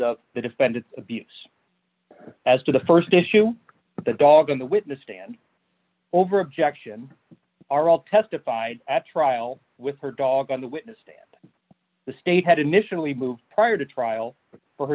of the defendant abuse as to the st issue the dog on the witness stand over objection are all testified at trial with her dog on the witness stand the state had initially moved prior to trial for her